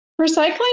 recycling